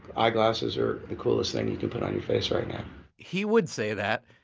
eyeglasses are the coolest thing you can put on your face right now he would say that.